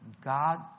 God